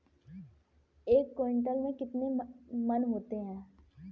एक क्विंटल में कितने मन होते हैं?